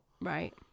Right